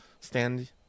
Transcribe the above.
stand